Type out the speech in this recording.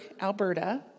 Alberta